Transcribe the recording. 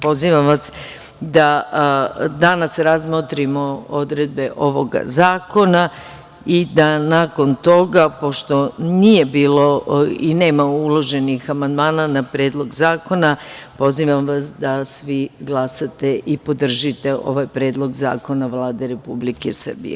Pozivam vas da danas razmotrimo odredbe ovog zakona i da nakon toga pošto nije bilo i nema uloženih amandmana na Predlog zakona pozivam vas da svi glasate i podržite ovaj Predlog zakona Vlade Republike Srbije.